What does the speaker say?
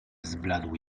zbladł